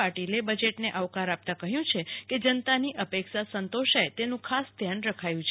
પાટિલે બજેટને આવકાર આપતા કહ્યું છે કે જનતાની અપેક્ષા સંતોષાય તેનું ખાસ ધ્યાન રખાયું છે